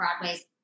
Broadways